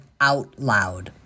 OUTLOUD